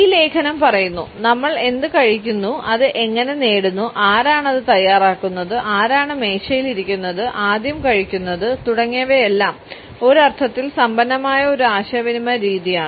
ഈ ലേഖനം പറയുന്നു "നമ്മൾ എന്ത് കഴിക്കുന്നു അത് എങ്ങനെ നേടുന്നു ആരാണ് അത് തയ്യാറാക്കുന്നത് ആരാണ് മേശയിലിരിക്കുന്നത് ആദ്യം കഴിക്കുന്നത് തുടങ്ങിയവയെല്ലാം ഒരർഥത്തിൽ സമ്പന്നമായ ഒരു ആശയവിനിമയ രീതിയാണ്